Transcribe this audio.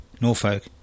Norfolk